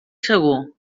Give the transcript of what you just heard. segur